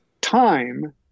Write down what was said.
time